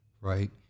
right